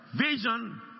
vision